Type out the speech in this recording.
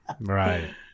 Right